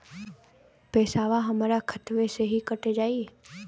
पेसावा हमरा खतवे से ही कट जाई?